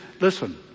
listen